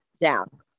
down